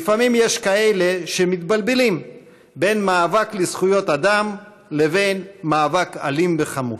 לפעמים יש כאלה שמתבלבלים בין מאבק על זכויות אדם לבין מאבק אלים וחמוש.